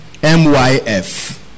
MYF